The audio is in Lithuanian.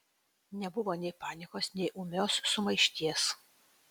nebuvo nei panikos nei ūmios sumaišties